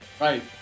Right